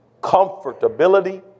Comfortability